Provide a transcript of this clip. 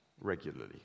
regularly